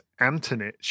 Antonich